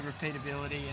repeatability